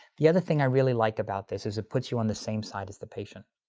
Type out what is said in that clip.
the other thing i really like about this is it puts you on the same side as the patient.